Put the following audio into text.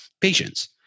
patients